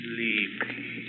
Sleepy